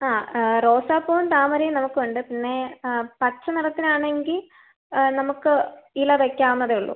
ആ റോസാപ്പൂവും താമരയും നമ്മൾക്കുണ്ട് പിന്നെ പച്ച നിറത്തിനാണെങ്കിൽ നമ്മൾക്ക് ഇല വയ്ക്കാവുന്നതേ ഉള്ളു